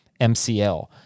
MCL